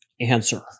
answer